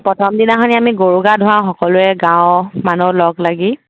প্ৰথম দিনাখনি আমি গৰু গা ধোৱাও সকলোৱে গাঁও মানুহ লগ লাগি